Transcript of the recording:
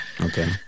Okay